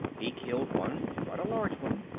he killed one, quite a large one.